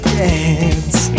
dance